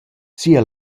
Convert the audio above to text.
sia